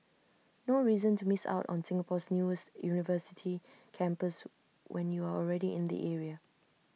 no reason to miss out on Singapore's newest university campus when you're already in the area